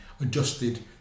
adjusted